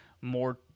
more